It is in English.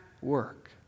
work